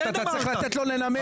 אתה צריך לתת לו לנמק.